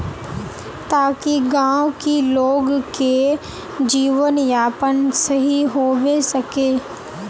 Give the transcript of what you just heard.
ताकि गाँव की लोग के जीवन यापन सही होबे सके?